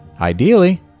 Ideally